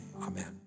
Amen